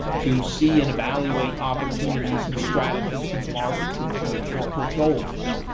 to see and evaluate opportunities and strategies in the market to achieve corporate goals.